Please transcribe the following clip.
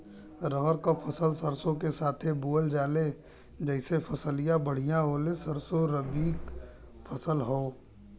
रहर क फसल सरसो के साथे बुवल जाले जैसे फसलिया बढ़िया होले सरसो रबीक फसल हवौ